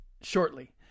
shortly